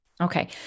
Okay